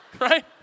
right